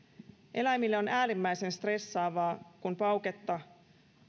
eläimille on äärimmäisen stressaavaa kun pauketta